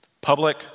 Public